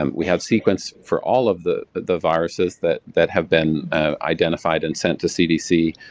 um we have sequence for all of the the viruses that that have been identified and sent to cdc,